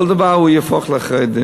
כל דבר הוא יהפוך לחרדים,